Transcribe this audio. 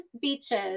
beaches